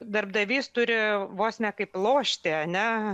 darbdavys turi vos ne kaip lošti ane